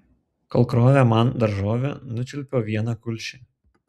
kol krovė man daržovių nučiulpiau vieną kulšį